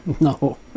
No